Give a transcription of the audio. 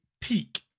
peak